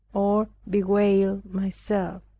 or bewail myself.